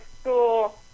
school